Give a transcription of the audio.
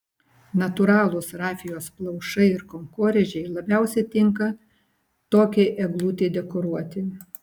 natūralūs rafijos plaušai ir kankorėžiai labiausiai tinka tokiai eglutei dekoruoti